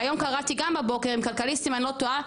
שהיום קראתי גם בבוקר בכלכליסט אם אני לא טועה,